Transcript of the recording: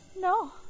No